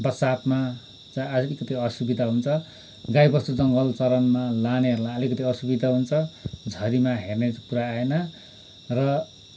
बर्सातमा अलिकति असुविधा हुन्छ गाई बस्तु जङ्गल चरनमा लानेहरूलाई असुविधा हुन्छ झरिमा हेर्ने कुरा आएन र